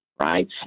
right